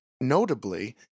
Notably